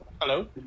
hello